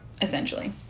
essentially